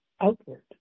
outward